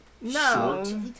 No